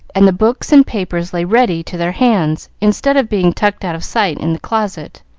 and the books and papers lay ready to their hands instead of being tucked out of sight in the closet.